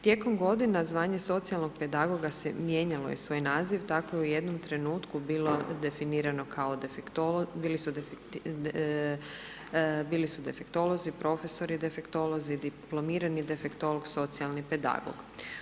Tijekom godina zvanje socijalnog pedagoga se, mijenjalo je svoj naziv tako u jednom trenutku bilo definirano kao defektolog, bili su defektolozi, profesori defektolozi, diplomirani defektolog, socijalni pedagog.